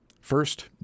First